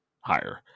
higher